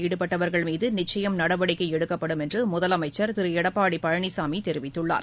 ஈடுபட்டவர்கள் மீது நிச்சயம் நடவடிக்கை எடுக்கப்படும் என்று முதலமைச்சர் திரு எடப்பாடி பழனிசாமி தெரிவித்துள்ளார்